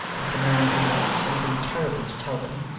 like a man who had something terrible to tell them,